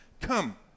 come